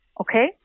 Okay